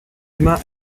immer